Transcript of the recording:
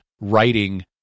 writing